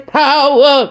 power